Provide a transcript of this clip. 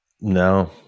No